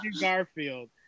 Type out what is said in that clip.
garfield